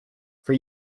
for